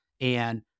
and-